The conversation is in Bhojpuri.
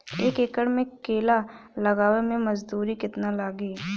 एक एकड़ में केला लगावे में मजदूरी कितना लागी?